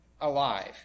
alive